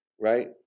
right